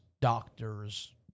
doctors